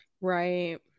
right